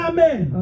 Amen